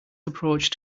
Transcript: approach